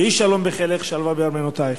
יהי שלום בחילך שלוה בארמנותיך".